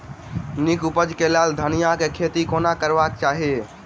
नीक उपज केँ लेल धनिया केँ खेती कोना करबाक चाहि?